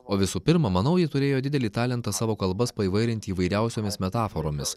o visų pirma manau ji turėjo didelį talentą savo kalbas paįvairinti įvairiausiomis metaforomis